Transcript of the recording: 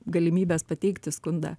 galimybės pateikti skundą